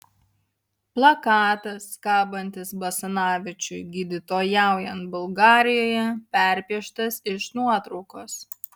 plakatas kabantis basanavičiui gydytojaujant bulgarijoje perpieštas iš nuotraukos